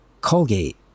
Colgate